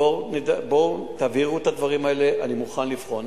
בואו, תעבירו את הדברים האלה, אני מוכן לבחון.